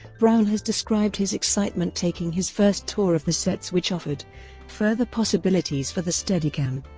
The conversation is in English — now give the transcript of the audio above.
brown has described his excitement taking his first tour of the sets which offered further possibilities for the steadicam.